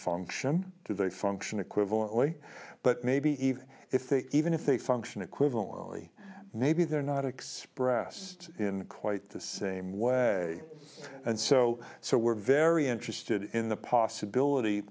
function do they function equivalently but maybe even if they even if they function equivalently maybe they're not expressed in quite the same way and so so we're very interested in the possibility